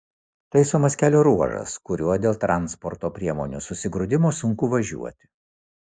taisomas kelio ruožas kuriuo dėl transporto priemonių susigrūdimo sunku važiuoti